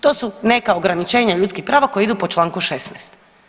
To su neka ograničenja ljudskih prava koja idu po članku 16.